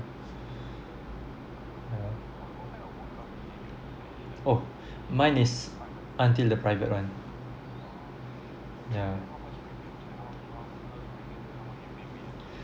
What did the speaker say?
yeah oh mine is until the private one yeah